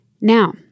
Now